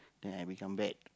then I become bad